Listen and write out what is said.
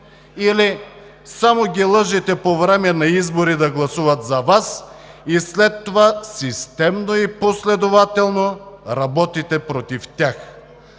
или само ги лъжете по време на избори да гласуват за Вас и след това системно и последователно работите против тях.